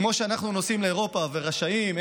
כמו שאנחנו נוסעים לאירופה ורשאים,